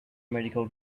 medical